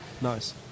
Nice